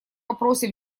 вопросе